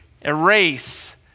erase